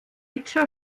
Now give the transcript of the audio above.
mager